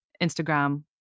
Instagram